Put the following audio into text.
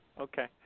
Okay